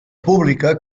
pública